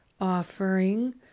offering